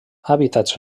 hàbitats